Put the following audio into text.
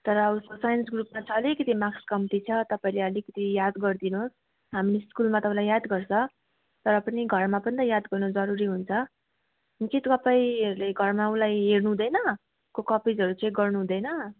तर अब उसको साइन्स ग्रुपमा चाहिँ अलिकति मार्क्स् कम्ति छ तपाईँले अलिकति याद गरिदिनुहोस् हामी स्कुलमा त उसलाई याद गर्छ तर पनि घरमा पनि याद गर्नु जरुरी हुन्छ के तपाईँहरूले घरमा उसलाई हेर्नु हुँदैन उसको कपिजहरू चेक गर्नु हुँदैन